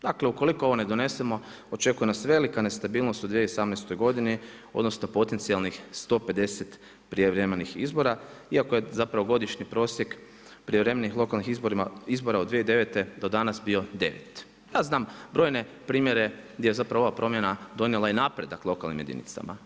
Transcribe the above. Dakle, ukoliko ovo ne donesemo očekuje nas velika nestabilnost u 2018. godini, odnosno potencijalnih 150 prijevremenih izbora, iako je zapravo godišnje prosjek prijevremenih lokalnih izbora od 2009. do danas bio 9. Ja znam brojne primjere gdje je zapravo ova promjena donijela i napredak lokalnim jedinicama.